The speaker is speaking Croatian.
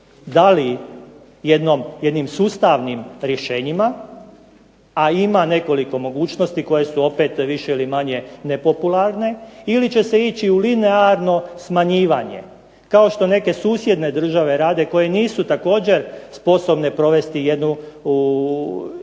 Da li jednim sustavnim rješenjima, a ima nekoliko mogućnosti koje su opet više ili manje nepopularne, ili će se ići u linearno smanjivanje kao što neke susjedne države rade koje nisu također sposobne provesti jednu